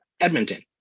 Edmonton